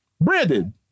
Brandon